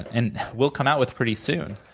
and will come out with pretty soon,